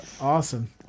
Awesome